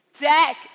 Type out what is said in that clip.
Deck